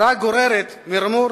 רק גוררת מרמור